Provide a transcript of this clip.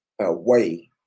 away